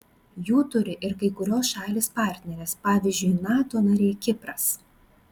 jų turi ir kai kurios šalys partnerės pavyzdžiui nato narė kipras